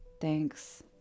Thanks